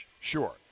Sure